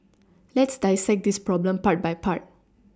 let's dissect this problem part by part